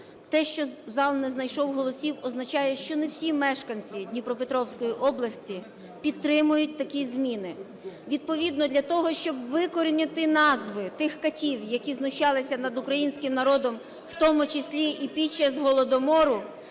те, що зал не знайшов голосів, означає, що не всі мешканці Дніпропетровської області підтримують такі зміни. Відповідно для того, щоб викорінити назви тих катів, які знущалися над українським нардом, в тому числі і під час Голодомору,